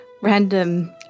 random